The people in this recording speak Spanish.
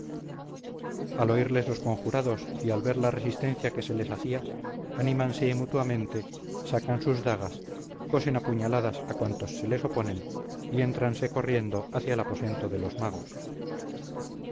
al oírles los conjurados y al ver la resistencia que se les hacía anímanse mutuamente sacan sus dagas cosen a puñaladas a cuantos se les oponen y éntranse corriendo hacia el aposento de los magos